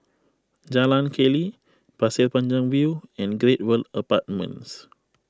Jalan Keli Pasir Panjang View and Great World Apartments